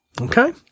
Okay